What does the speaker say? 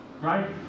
right